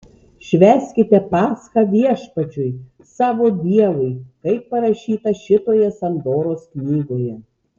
švęskite paschą viešpačiui savo dievui kaip parašyta šitoje sandoros knygoje